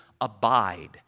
abide